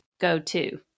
go-to